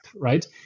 right